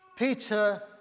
Peter